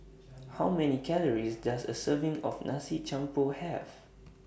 How Many Calories Does A Serving of Nasi Campur Have